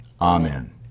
Amen